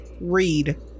read